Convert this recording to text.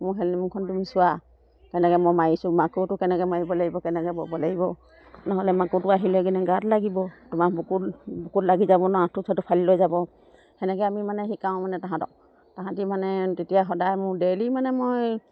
মোৰ হেনল'মখন তুমি চোৱা কেনেকৈ মই মাৰিছোঁ মাকোটো কেনেকৈ মাৰিব লাগিব কেনেকৈ বব লাগিব নহ'লে মাকোটো আহি লৈ কিনে গাত লাগিব তোমাৰ বুকুত বুকুত লাগি যাব ন আঁঠু চাঁঠু ফালি লৈ যাব সেনেকৈ আমি মানে শিকাওঁ মানে সিহঁতক সিহঁতি মানে তেতিয়া সদায় মোৰ ডেইলি মানে মই